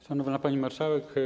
Szanowna Pani Marszałek!